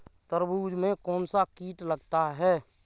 तरबूज में कौनसा कीट लगता है?